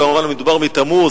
כמובן מדובר מתמוז,